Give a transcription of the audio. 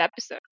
episode